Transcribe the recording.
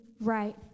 right